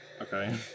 Okay